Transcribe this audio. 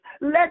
let